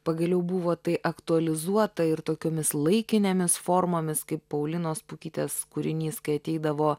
pagaliau buvo tai aktualizuota ir tokiomis laikinėmis formomis kaip paulinos pukytės kūrinys kai ateidavo